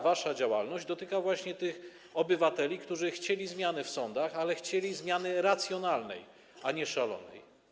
Wasza działalność dotyka właśnie tych obywateli, którzy chcieli zmiany w sądach, ale chcieli zmiany racjonalnej, a nie szalonej.